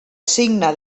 signe